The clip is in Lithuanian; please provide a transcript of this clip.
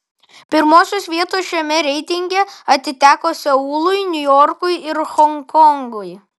pirmosios vietos šiame reitinge atiteko seului niujorkui ir honkongui